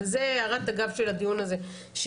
וזו הערת אגב שלי לדיון הזה.